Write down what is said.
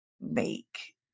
make